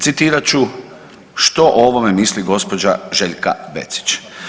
Citirat ću što o ovome misli gđa. Željka Becić.